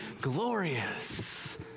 glorious